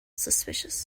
suspicious